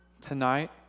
Tonight